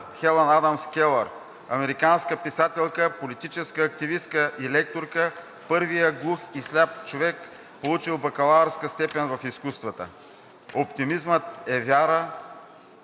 Хелън Адамс Келър – американска писателка, политическа активистка и лекторка, първият глух и сляп човек, получил бакалавърска степен в изкуствата. „Оптимизмът е вярата,